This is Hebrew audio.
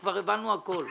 כבר הבנו הכול.